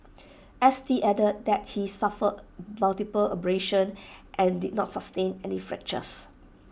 S T added that he suffered multiple abrasions and did not sustain any fractures